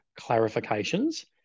clarifications